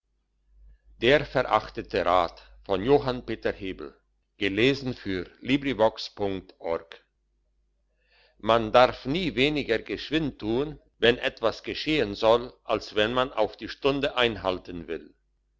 der verachtete rat man darf nie weniger geschwind tun wenn etwas geschehen soll als wenn man auf die stunde einhalten will